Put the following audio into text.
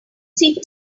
see